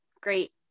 great